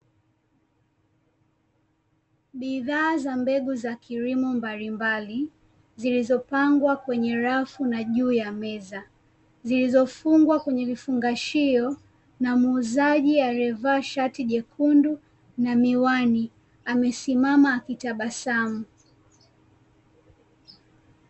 Bidhaa za mbegu za kilimo mbalimbali, zilizopangwa kwenye rafu na juu ya meza, zilizofungwa kwenye vifungashio na muuzaji aliyevaa shati jekundu na miwani, amesimama akitabasamu.